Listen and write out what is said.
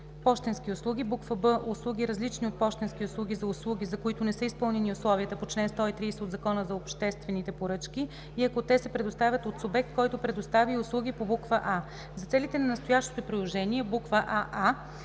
пощенски услуги; б) „услуги, различни от пощенски услуги“ са услуги, за които не са изпълнени условията по чл. 130 от Закона за обществените поръчки, и ако те се предоставят от субект, който предоставя и услуги по буква „а“. За целите на настоящото приложение: аа)